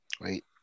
Wait